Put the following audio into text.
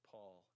Paul